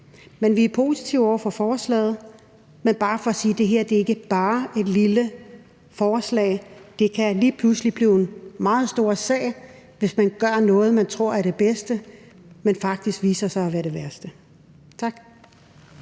Vi er positive over for forslaget, men vil sige, at det her ikke bare er et lille forslag. Det kan lige pludselig blive en meget stor sag, hvis man gør noget, man tror er det bedste, men som faktisk viser sig at være det værste. Tak.